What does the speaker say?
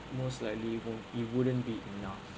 most likely it won't it wouldn't be enough